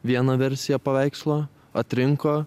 vieną versiją paveikslo atrinko